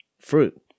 Fruit